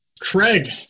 Craig